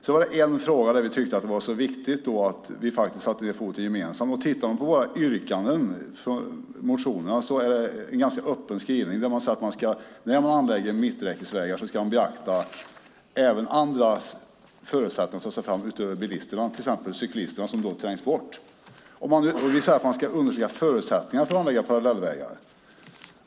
Men i en fråga har vi tyckt att det är viktigt att gemensamt sätta ned foten. I våra motionsyrkanden är det en ganska öppen skrivning. När mitträckesvägar anläggs ska man beakta förutsättningar att ta sig fram på annat sätt än med bil. Det gäller till exempel cyklisterna som annars trängs bort. Vi säger att man ska undersöka förutsättningarna för att anlägga parallellvägar.